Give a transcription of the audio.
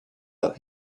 out